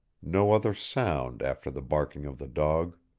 no other sound after the barking of the dog.